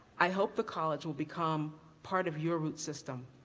i hope the college will become part of your root system.